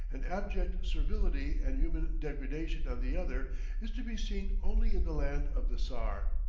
and abject servility and human degradation on the other is to be seen only in the land of the czar.